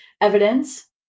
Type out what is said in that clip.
evidence